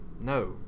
No